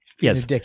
Yes